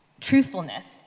truthfulness